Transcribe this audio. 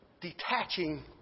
detaching